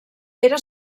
era